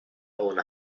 own